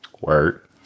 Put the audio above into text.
Word